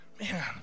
man